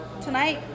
Tonight